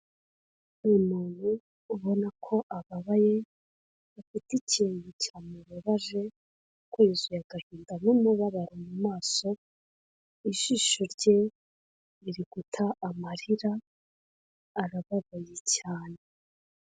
Ni umuntu ubona ko ababaye afite ikintu cyamubabaje yuzuye agahinda n'umubabaro mu maso, ijisho rye riri guta amarira, arababaye cyane.